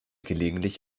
gelegentlich